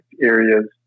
areas